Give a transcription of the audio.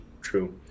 true